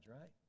right